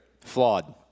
flawed